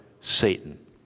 Satan